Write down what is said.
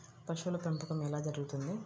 పశువుల పెంపకం ఎలా జరుగుతుంది?